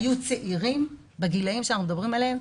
היו צעירים בגילאים שאנחנו מדברים עליהם,